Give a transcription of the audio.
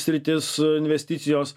sritis investicijos